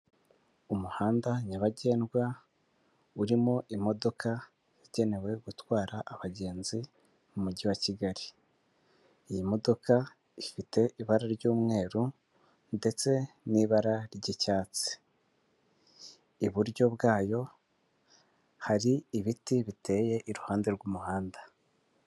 Umuhanda nyabagendwa urimo imodoka igenewe gutwara abagenzi mu mujyi wa Kigali. Iyi modoka ifite ibara ry'umweru ndetse n'ibara ry'icyatsi. Iburyo bwayo hari ibiti biteye iruhande rw'umuhanda.